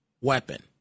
weapon